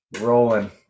Rolling